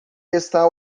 está